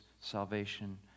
salvation